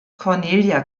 cornelia